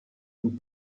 und